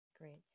Great